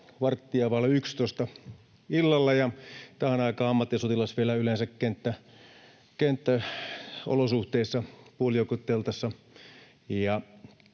yksitoista illalla, ja tähän aikaan ammattisotilas vielä yleensä kenttäolosuhteissa puolijoukkueteltassa